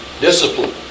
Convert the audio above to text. discipline